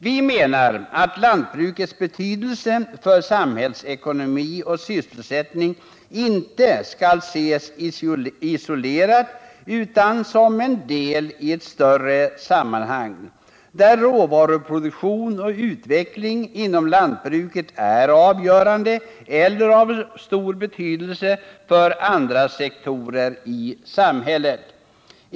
Jag menar att lantbrukets betydelse för samhällsekonomi och sysselsättning inte skall ses isolerad utan som en del i ett större sammanhang, där råvaruproduktionen och utvecklingen inom lantbruket är avgörande eller av stor betydelse för andra sektorer i samhället.